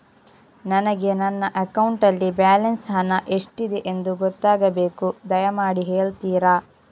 ನನಗೆ ನನ್ನ ಅಕೌಂಟಲ್ಲಿ ಬ್ಯಾಲೆನ್ಸ್ ಹಣ ಎಷ್ಟಿದೆ ಎಂದು ಗೊತ್ತಾಗಬೇಕು, ದಯಮಾಡಿ ಹೇಳ್ತಿರಾ?